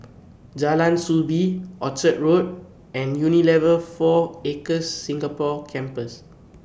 Jalan Soo Bee Orchard Road and Unilever four Acres Singapore Campus